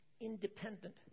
independent